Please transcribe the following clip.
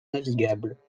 navigables